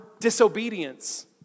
disobedience